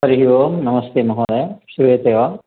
हरिः ओं नमस्ते महोदय श्रूयते वा